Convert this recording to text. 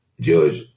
judge